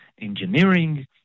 engineering